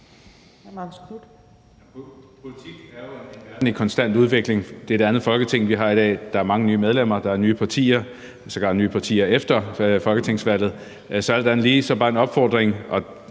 Politik er jo en verden i konstant udvikling. Det er et andet Folketing, vi har i dag; der er mange nye medlemmer, der er nye partier, sågar nye partier efter folketingsvalget. Så alt andet lige vil jeg bare komme med en opfordring